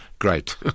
Great